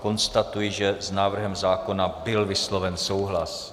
Konstatuji, že s návrhem zákona byl vysloven souhlas.